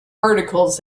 articles